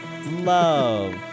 Love